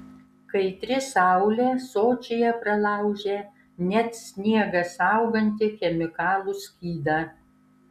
kaitri saulė sočyje pralaužia net sniegą saugantį chemikalų skydą